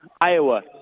Iowa